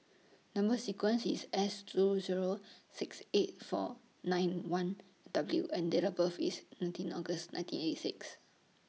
Number sequence IS S two Zero six eight four nine one W and Date of birth IS nineteen August nineteen eighty six